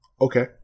okay